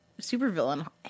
supervillain